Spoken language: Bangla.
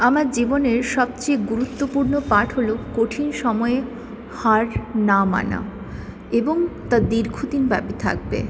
আমার জীবনের সবচেয়ে গুরুত্বপূর্ণ পাঠ হল কঠিন সময়ে হার না মানা এবং তা দীর্ঘদিনব্যাপী থাকবে